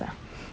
ya